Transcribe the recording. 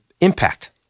impact